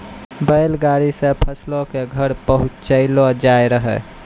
बैल गाड़ी से फसलो के घर पहुँचैलो जाय रहै